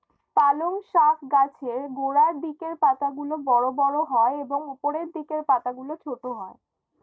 পালং শাক গাছের গোড়ার দিকের পাতাগুলো বড় বড় হয় এবং উপরের দিকের পাতাগুলো ছোট হয়